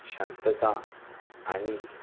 शांतता आणि